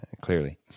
clearly